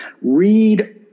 read